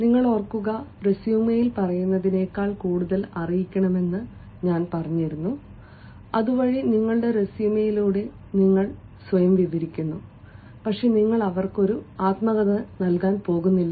നിങ്ങൾ ഓർക്കുക റെസ്യുമെയിൽ പറയുന്നതിനേക്കാൾ കൂടുതൽ അറിയിക്കണമെന്ന് ഞാൻ പറഞ്ഞു അതുവഴി നിങ്ങളുടെ റെസ്യുമെയിലൂടെ നിങ്ങൾ സ്വയം വിവരിക്കുന്നു പക്ഷേ നിങ്ങൾ അവർക്ക് ഒരു ആത്മകഥ നൽകാൻ പോകുന്നില്ല